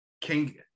King